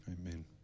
amen